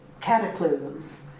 cataclysms